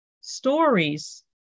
stories